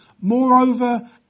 Moreover